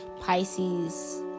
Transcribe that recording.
Pisces